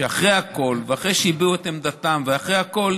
שאחרי הכול ואחרי שהביעו את עמדתם ואחרי הכול,